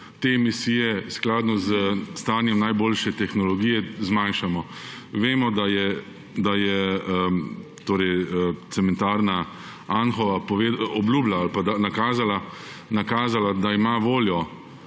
te emisije skladno s stanjem najboljše tehnologije zmanjšamo. Vemo, da je cementarna Anhovo nakazala, da ima voljo